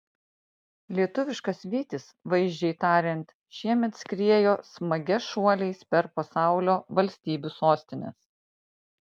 lietuviškas vytis vaizdžiai tariant šiemet skriejo smagia šuoliais per pasaulio valstybių sostines